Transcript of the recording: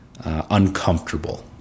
uncomfortable